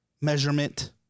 Measurement